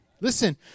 Listen